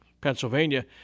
Pennsylvania